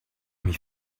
mich